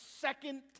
second